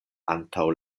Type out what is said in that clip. antaŭ